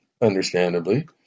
understandably